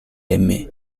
aimée